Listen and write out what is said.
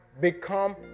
become